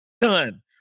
done